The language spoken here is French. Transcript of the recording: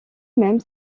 même